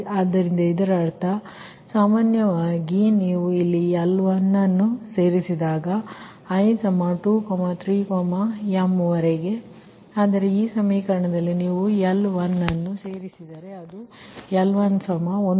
ಆದ್ದರಿಂದ ಇದರರ್ಥ ಸಾಮಾನ್ಯವಾಗಿ ಆದ್ದರಿಂದ ನೀವು ಇಲ್ಲಿ L1ನ್ನು ಸೇರಿಸಿದಾಗ i 2 3m ಆದರೆ ಈ ಸಮೀಕರಣದಲ್ಲಿ ನೀವುL1ಅನ್ನು ಸೇರಿಸಿದರೆ ಅದುL11